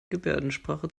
gebärdensprache